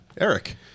Eric